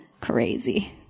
crazy